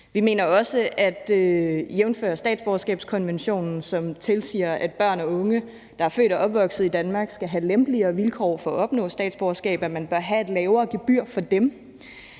Vi mener også jævnfør statsborgerskabskonventionen, som tilsiger, at børn af unge, der er født og opvokset i Danmark, skal have lempeligere vilkår for at opnå statsborgerskab, at man bør have et lavere gebyrer for dem.